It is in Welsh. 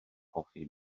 hoffi